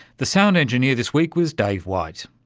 the sound engineer this week was dave white.